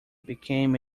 became